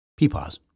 peepaws